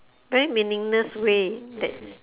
very meaningless way that